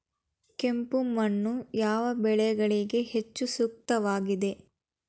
ಕೆಂಪು ಮಣ್ಣು ಯಾವ ಬೆಳೆಗಳಿಗೆ ಹೆಚ್ಚು ಸೂಕ್ತವಾಗಿದೆ?